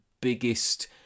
biggest